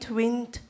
wind